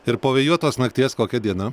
ir po vėjuotos nakties kokia diena